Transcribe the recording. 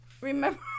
remember